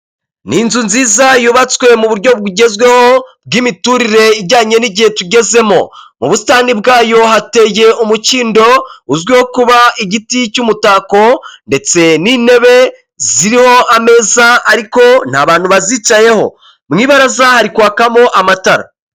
Ni inzu nziza yubatswe mu buryo bugezweho bw'imiturire ijyanye n'igihe tugezemo mu busitani bwayo hateye umukindo uzwiho kuba igiti cy'umutako ndetse n'intebe ziriho ameza ariko nta bantu bazicayeho mwibaraza hari kwakamo amatara.